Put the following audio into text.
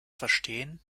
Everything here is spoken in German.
verstehen